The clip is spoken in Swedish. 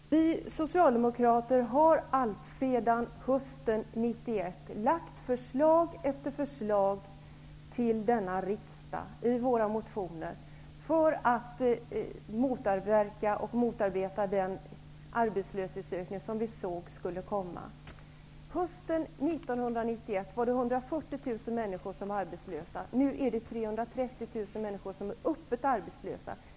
Fru talman! Vi socialdemokrater har alltsedan hösten 1991 i våra motioner till denna riksdag lagt fram förslag efter förslag för att motverka och motarbeta den arbetslöshetsökning som vi såg skulle komma. Hösten 1991 var 140 000 människor arbetslösa. Nu är 330 000 människor öppet arbetslösa.